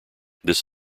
this